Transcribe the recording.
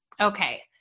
Okay